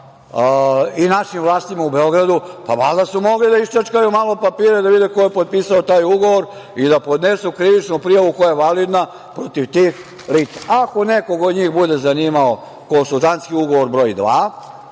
i našim vlastima u Beogradu, pa valjda su mogli da iščačkaju malo papire da vide ko je potpisao taj ugovor i da podnesu krivičnu prijavu koja je validna protiv tih lica. Ako nekog od njih bude zanimao konsultantski ugovor broj